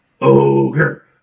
Ogre